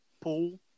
pool